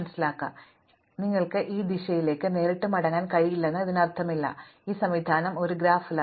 അതിനാൽ നിങ്ങൾക്ക് ഈ ദിശയിലേക്ക് നേരിട്ട് മടങ്ങാൻ കഴിയില്ലെന്ന് ഇതിനർത്ഥമില്ല അതിനാൽ ഇത് സംവിധാനം ചെയ്ത ഗ്രാഫ് അല്ല